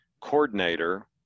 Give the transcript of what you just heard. coordinator